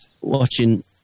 Watching